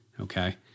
Okay